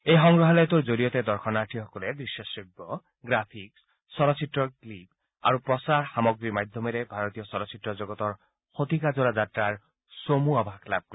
এই সংগ্ৰহালয়টোৰ জৰিয়তে দৰ্শনাৰ্থীসকলে দৃশ্যশ্ৰব্য গ্ৰাফিক্স চলচ্চিত্ৰৰ ক্লিপ আৰু প্ৰচাৰ সামগ্ৰীৰ মাধ্যমেৰে ভাৰতীয় চলচ্চিত্ৰ জগতৰ শতিকাজোৰা যাত্ৰাৰ চমু আভাষ লাভ কৰিব